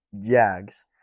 Jags